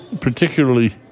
particularly